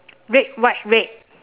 red white red